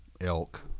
elk